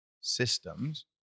systems